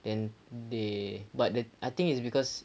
then they but the I think it's because